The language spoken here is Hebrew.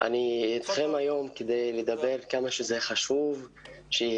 אני איתכם היום כדי לדבר כמה זה חשוב שיהיה